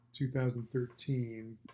2013